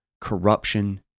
corruption